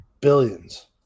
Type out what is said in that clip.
billions